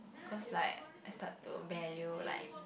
cause like I start to value like